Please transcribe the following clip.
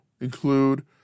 include